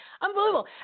Unbelievable